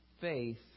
faith